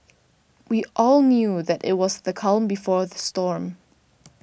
we all knew that it was the calm before the storm